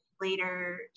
later